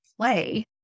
play